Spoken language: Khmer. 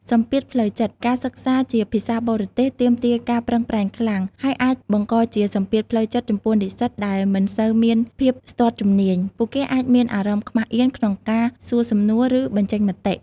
សម្ពាធផ្លូវចិត្ត ការសិក្សាជាភាសាបរទេសទាមទារការប្រឹងប្រែងខ្លាំង ហើយអាចបង្កជាសម្ពាធផ្លូវចិត្តចំពោះនិស្សិតដែលមិនសូវមានភាពស្ទាត់ជំនាញ ពួកគេអាចមានអារម្មណ៍ខ្មាសអៀនក្នុងការសួរសំណួរ ឬបញ្ចេញមតិ។